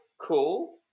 cool